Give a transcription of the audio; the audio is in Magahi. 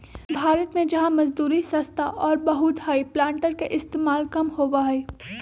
भारत में जहाँ मजदूरी सस्ता और बहुत हई प्लांटर के इस्तेमाल कम होबा हई